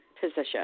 position